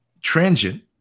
transient